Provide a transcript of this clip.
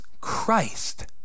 Christ